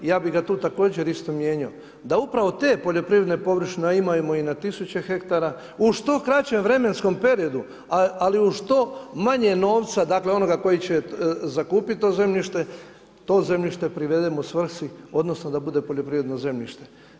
I ja bih ga tu također isto mijenjao da upravo te poljoprivredne površine, a imamo ih na tisuće hektara u što kraćem vremenskom periodu, ali uz što manje novca dakle onoga koji će zakupiti to zemljište, to zemljište privedemo svrsi odnosno da bude poljoprivredno zemljište.